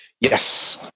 Yes